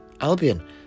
Albion